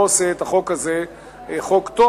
לא עושה את החוק הזה חוק טוב.